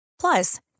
Plus